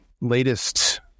latest